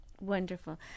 Wonderful